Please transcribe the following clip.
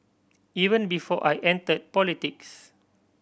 even before I entered politics